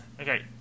Okay